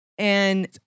and-